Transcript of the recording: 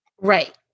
right